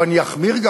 אבל אני גם אחמיר: